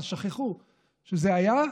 אז שכחו שזה היה.